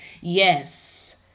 yes